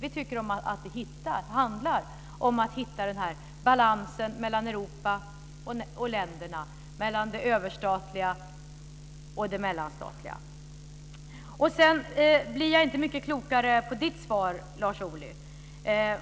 Vi tycker att det handlar om att hitta balansen mellan Europa och länderna, mellan det överstatliga och det mellanstatliga. Jag blir inte mycket klokare på Lars Ohlys svar, att